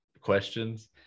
questions